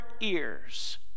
ears